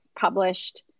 published